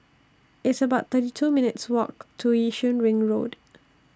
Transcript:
It's about thirty two minutes' Walk to Yishun Ring Road